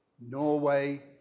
Norway